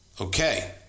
okay